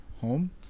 home